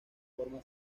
forma